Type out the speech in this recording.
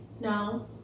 No